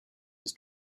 his